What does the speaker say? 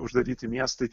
uždaryti miestai